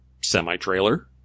semi-trailer